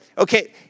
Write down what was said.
Okay